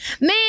Man